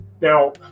Now